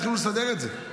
התחילו לסדר את זה.